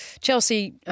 Chelsea